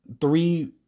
three